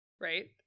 right